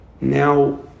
now